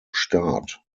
staat